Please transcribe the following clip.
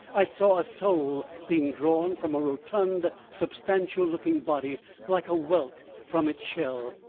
i saw a soul being drawn from a rotund, substantial-looking body like a whelk from its shell.